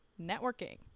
networking